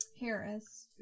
Harris